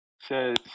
says